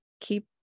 keep